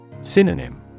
Synonym